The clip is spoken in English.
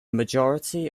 majority